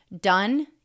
Done